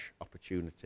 opportunity